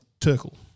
Turkle